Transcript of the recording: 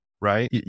right